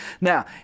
Now